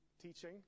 teaching